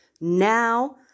now